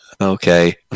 Okay